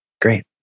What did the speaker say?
Great